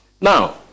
Now